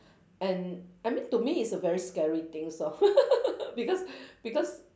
and I mean to me it's a very scary thing so because because